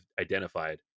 identified